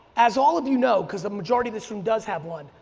as all of you know because the majority of this room does have one.